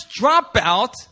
dropout